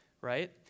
right